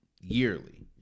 yearly